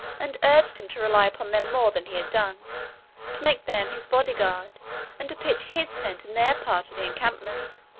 and urged him to rely upon them more than he had done to make them his body-guard and to pitch his tent in their part of the encampment.